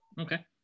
okay